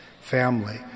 family